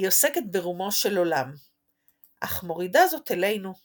היא עוסקת ברומו של עולם אך מורידה זאת אלינו –